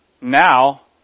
now